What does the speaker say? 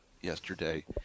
yesterday